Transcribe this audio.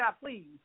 please